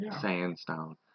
sandstone